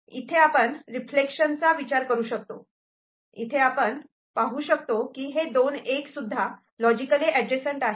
इथे आपण रिफ्लेक्शनचा विचार करू शकतो इथे आपण पाहू शकतो की हे दोन '1' सुद्धा लॉजिकली एडजस्टट आहे